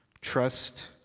Trust